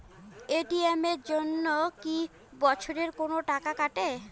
ATM এর জন্যে কি বছরে কোনো টাকা কাটে?